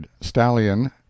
Stallion